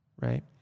right